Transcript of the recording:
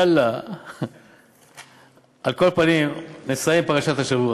יאללה, על כל פנים, נסיים בפרשת השבוע.